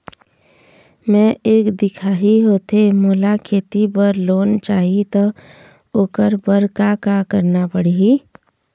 मैं एक दिखाही होथे मोला खेती बर लोन चाही त ओकर बर का का करना पड़ही?